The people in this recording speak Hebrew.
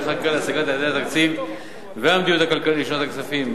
חקיקה להשגת יעדי התקציב והמדיניות הכלכלית לשנות הכספים